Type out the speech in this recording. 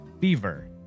fever